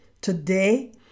Today